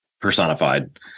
personified